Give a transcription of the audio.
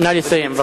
נא לסיים.